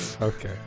Okay